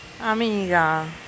amiga